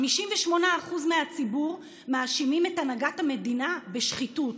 58% מהציבור מאשימים את הנהגת המדינה בשחיתות,